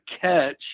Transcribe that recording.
catch